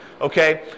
Okay